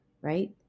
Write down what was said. right